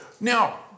now